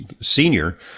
senior